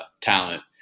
talent